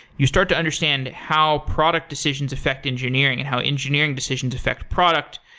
you start to understand how product decisions affect engineering and how engineering decisions affect product.